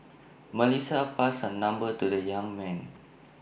Melissa passed her number to the young man